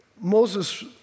Moses